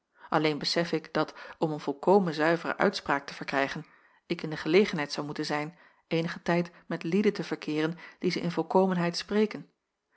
alleen besef ik dat om een volkomen zuivere uitspraak te verkrijgen ik in de gelegenheid zou moeten zijn eenigen tijd met lieden te verkeeren die ze in volkomenheid spreken